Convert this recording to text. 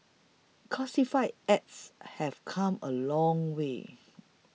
classified ads have come a long way